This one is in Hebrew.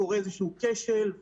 קורה איזשהו כשל,